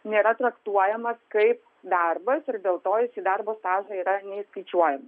nėra traktuojamas kaip darbas ir dėl to jis į darbo stažą yra neįskaičiuojamas